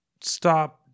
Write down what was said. stop